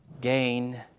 gain